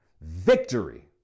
Victory